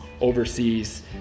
overseas